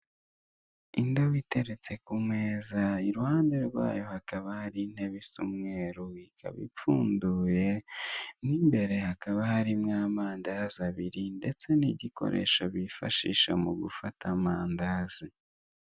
Indobo iteretse ku meza iruhande rwayo hakaba hari intebe isa umweru ikaba ipfunduye, mo imbere hakaba harimo amandazi abiri ndetse n' igikoresho bifashisha mu gufata amandazi.